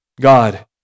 God